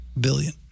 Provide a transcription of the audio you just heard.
billion